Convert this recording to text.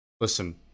listen